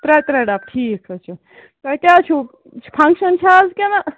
ترٛےٚ ترٛےٚ ڈبہٕ ٹھیٖک حظ چھُ تۄہہِ کیٛاہ چھُو فَنٛگشَن چھِ حظ کِنہٕ